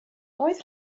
oedd